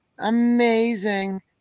Amazing